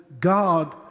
God